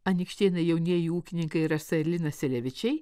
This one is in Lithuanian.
anykštėnai jaunieji ūkininkai rasa ir linas selevičiai